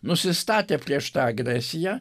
nusistatę prieš tą agresiją